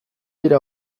dira